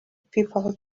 people